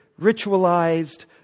ritualized